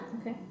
Okay